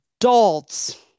adults